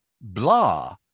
blah